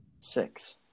Six